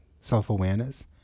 self-awareness